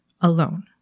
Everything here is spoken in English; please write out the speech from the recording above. alone